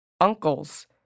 Uncles